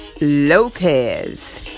Lopez